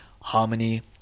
harmony